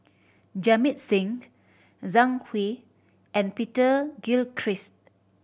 Jamit Singh Zhang Hui and Peter Gilchrist